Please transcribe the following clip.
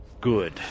Good